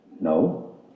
No